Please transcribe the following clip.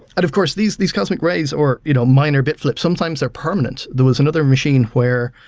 of course, these these cosmic rays or you know minor bit flips, sometimes they're permanent. there was another machine where